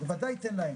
בוודאי ייתן להם.